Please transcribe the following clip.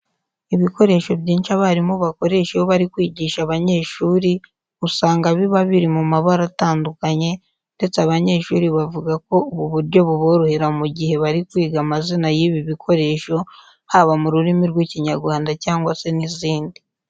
Ibikoresho byinshi abarimu bakoresha iyo bari kwigisha abanyeshuri usanga biba biri mu mabara atandukanye ndetse abanyeshuri bavuga ko ubu buryo buborohera mu gihe bari kwiga amazina y'ibi bikoresho haba mu rurimi rw'Ikinyarwanda cyangwa se n'izindi.